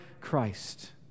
Christ